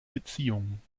beziehung